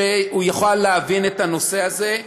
כדי שהוא יוכל להבין את הנושא הזה.